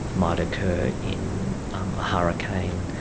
might occur in a hurricane,